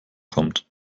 kommt